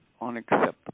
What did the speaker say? Unacceptable